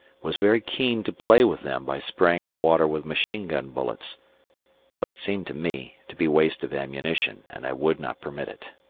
was very keen to play with them by spraying the water with machine-gun bullets but it seemed to me to be waste of ammunition, and i would not permit it.